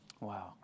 Wow